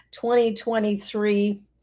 2023